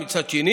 מצד שני